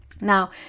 Now